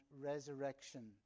resurrection